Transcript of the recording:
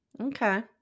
Okay